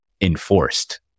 enforced